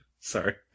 Sorry